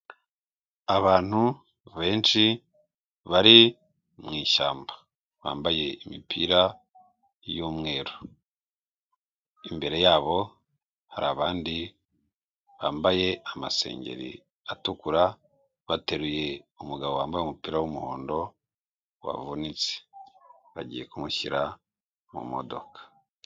Abantu benshi bari mwishyamba bambaye imipira y'umweru, imbere yabo hari abandi bambaye amasengeri atukura bateruye umugabo wambaye umupira w'umuhondo wavunitse bagiye kumushyira mu modoka.